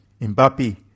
Mbappe